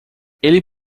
ele